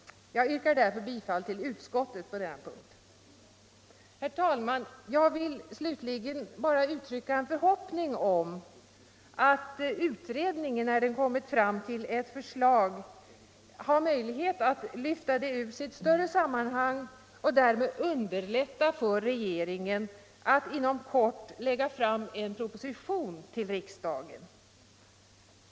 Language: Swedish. Jag yrkar därför bifall till utskottets hemställan på den punkten. Herr talman! Jag vill slutligen uttrycka förhoppningen att utredningen när den kommit fram till ett förslag har möjlighet att lyfta det ur dess större sammanhang och därmed underlätta för regeringen att inom kort lägga fram en proposition till riksdagen.